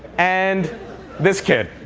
and this kid.